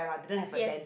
yes